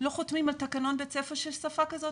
לא חותמים על תקנון בית ספר שיש שפה כזאת,